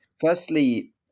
firstly